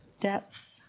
depth